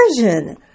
version